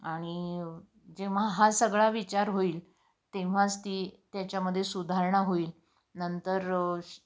आणि जेव्हा हा सगळा विचार होईल तेव्हाच ती त्याच्यामध्ये सुधारणा होईल नंतर